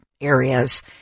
areas